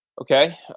Okay